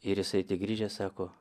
ir jisai tik grįžęs sako